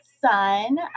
son